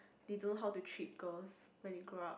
they don't know how to treat girls when they grow up